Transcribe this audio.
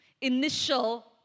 initial